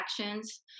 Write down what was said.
actions